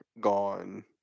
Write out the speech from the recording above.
gone